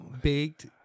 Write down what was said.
baked